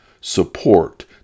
support